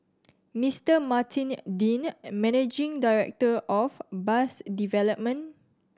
Mister Martin Dean managing director of bus development